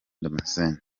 damascene